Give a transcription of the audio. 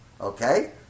Okay